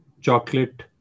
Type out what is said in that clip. chocolate